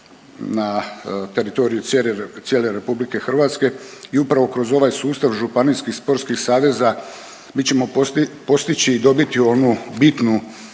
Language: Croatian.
na teritoriju cijele Republike Hrvatske i upravo kroz ovaj sustav županijskih sportskih saveza mi ćemo postići i dobiti onu bitnu